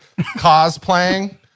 Cosplaying